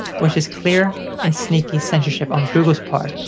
which is clear, and sneaky, censorship on google's part,